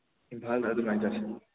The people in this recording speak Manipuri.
ꯏꯝꯐꯥꯜꯗ ꯑꯗꯨꯃꯥꯏꯅ ꯆꯠꯁꯦ